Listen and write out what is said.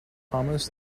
thomas